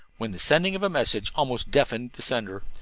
when the sending of a message almost deafened the sender.